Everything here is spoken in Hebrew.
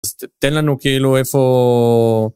אז... תן לנו, כאילו, איפה...